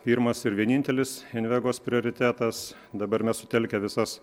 pirmas ir vienintelis invegos prioritetas dabar mes sutelkę visas